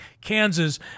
Kansas